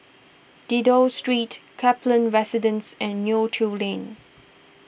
Dido Street Kaplan Residence and Neo Tiew Lane